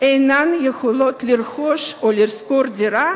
אינן יכולות לשכור או לרכוש דירה